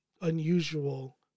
Unusual